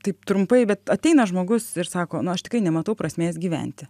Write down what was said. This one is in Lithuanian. taip trumpai bet ateina žmogus ir sako nu aš tikrai nematau prasmės gyventi